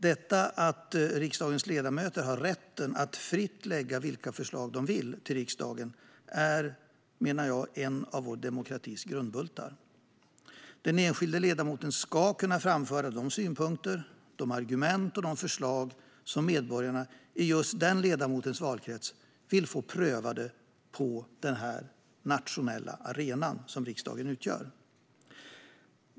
Detta att riksdagens ledamöter har rätten att fritt lägga fram vilka förslag de vill till riksdagen menar jag är en av vår demokratis grundbultar. Den enskilde ledamoten ska kunna framföra de synpunkter, argument och förslag som medborgarna i just den ledamotens valkrets vill få prövade på den nationella arena som riksdagen utgör.